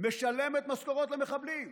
משלמת משכורות למחבלים?